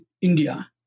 India